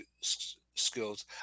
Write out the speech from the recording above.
skills